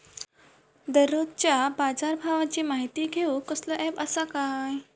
दररोजच्या बाजारभावाची माहिती घेऊक कसलो अँप आसा काय?